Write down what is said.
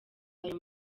ayo